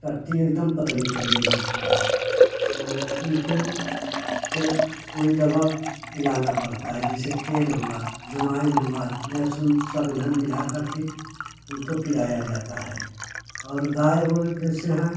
ट्टटी एकदम पतली करने लगती हैं तो उनको फिर कोई दवा पिलाना पड़ता है जैसे तेल हुआ अजवाइन हुआ लहसुन सब एनहन मिला करके उनको पिलाया जाता है और गाय ओय जैसे हैं